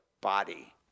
body